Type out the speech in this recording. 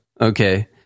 Okay